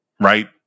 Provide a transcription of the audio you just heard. right